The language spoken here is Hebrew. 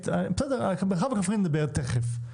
--- בסדר, המרחב הכפרי תכף ידבר.